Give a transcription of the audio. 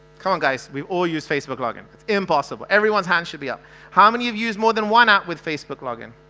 come on guys, we all use facebook loggin. it's impossible everyone's hands should be up how many you've used more than one out with facebook login